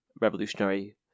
revolutionary